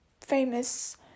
famous